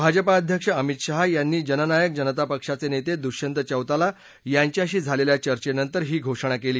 भाजपा अध्यक्ष अमित शाह यांनी जननायक जनता पक्षाचे नेते दुष्यंत चौताला यांच्याशी झालेल्या चर्चेनंतर ही घोषणा केली